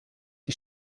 die